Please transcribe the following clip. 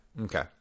okay